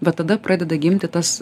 va tada pradeda gimti tas